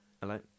hello